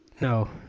No